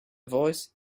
voice